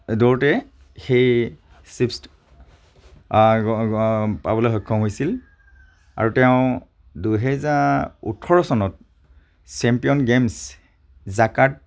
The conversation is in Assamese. দৌৰতে সেই পাবলৈ সক্ষম হৈছিল আৰু তেওঁ দুহেজাৰ ওঠৰ চনত চেম্পিয়ন গেমছ জাকাৰ্ট